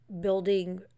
building